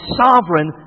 sovereign